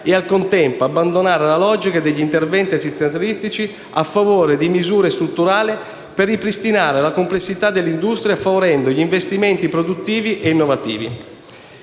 e, al contempo, occorre abbandonare la logica degli interventi assistenzialistici a favore di misure strutturali, per ripristinare la complessità dell'industria, favorendo gli investimenti produttivi e innovativi.